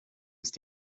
ist